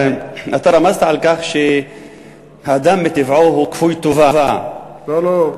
אתה רמזת על כך שהאדם מטבעו הוא כפוי טובה לא,